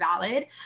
valid